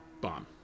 bomb